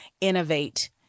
innovate